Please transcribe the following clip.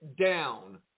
down